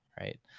right